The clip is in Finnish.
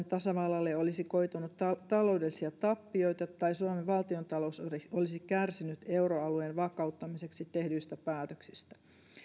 tasavallalle olisi koitunut taloudellisia tappioita tai suomen valtiontalous olisi kärsinyt euroalueen vakauttamiseksi tehdyistä päätöksistä